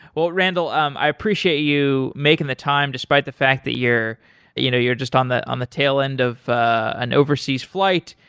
well, randall um i appreciate you making the time despite the fact that you're you know you're just on the on the tail end of an overseas flight.